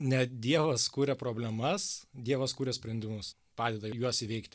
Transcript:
ne dievas kuria problemas dievas kuria sprendimus padeda juos įveikti